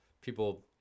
People